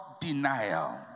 denial